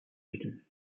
sweden